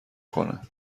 کنه